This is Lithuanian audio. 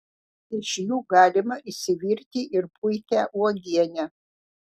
iš jų galima išsivirti ir puikią uogienę